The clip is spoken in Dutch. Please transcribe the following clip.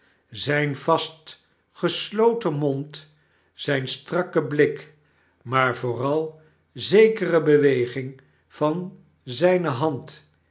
zijn vast gesloten mond zijn strakke blik maar vooral zekere beweging van zijne hand